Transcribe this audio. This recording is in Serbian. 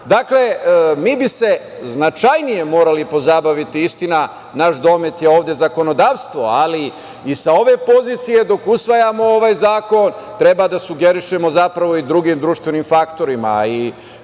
naroda. Dakle, mi bismo se značajnije morali pozabaviti, istina, naš domet je ovde zakonodavstvo i sa ove pozicije dok usvajamo ovaj zakon treba da sugerišemo zapravo i drugim društvenim faktorima